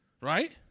right